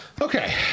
Okay